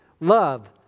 love